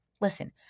Listen